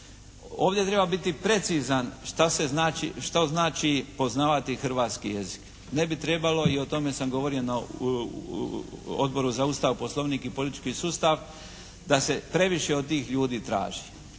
Ovdje treba biti precizan što znači poznavati hrvatski jezik. Ne bi trebalo i o tome sam govorio na Odboru za Ustav, Poslovnik i politički sustav, da se previše od tih ljudi traži.